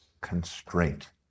constraint